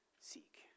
seek